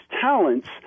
talents